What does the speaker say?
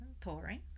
touring